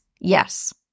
Yes